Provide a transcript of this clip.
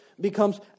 becomes